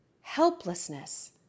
helplessness